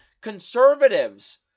conservatives